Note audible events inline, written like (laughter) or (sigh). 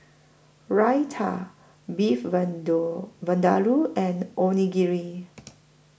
Raita Beef (unintelligible) Vindaloo and Onigiri